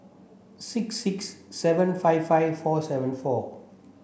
six six seven five five four seven four